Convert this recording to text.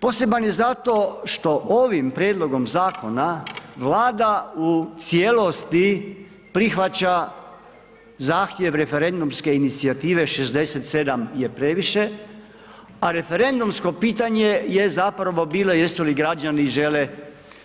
Poseban je zato što ovim prijedlogom zakona Vlada u cijelosti prihvaća zahtjev referendumske inicijative 67 je previše, a referendumsko pitanje je zapravo bilo jesu li građani, žele